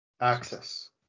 Access